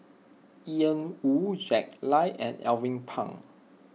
Yan Woo Jack Lai and Alvin Pang